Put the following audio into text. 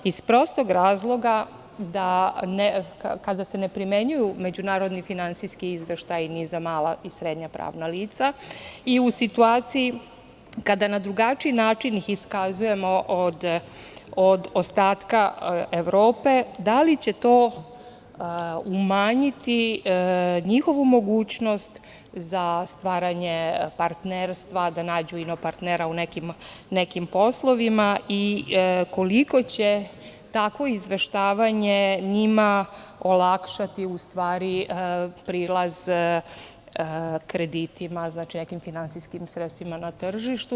Iz prostog razloga, kada se ne primenjuju međunarodni finansijski izveštaji za mala i srednja pravna lica i u situaciji kada na drugačiji način iskazujemo od ostatka Evrope, da li će to umanjiti njihovu mogućnost za stvaranje partnerstva, da nađu ino-partnera u nekim poslovima i koliko će takvo izveštavanje njima olakšati prilaz kreditima, nekim finansijskim sredstvima na tržištu?